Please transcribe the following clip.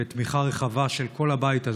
בתמיכה רחבה של כל הבית הזה,